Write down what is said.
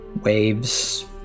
waves